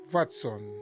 Watson